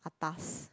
atas